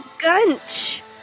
Gunch